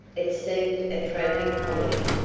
it seemed a tragic comedy,